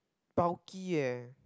bulky eh